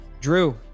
Drew